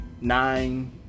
nine